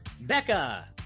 Becca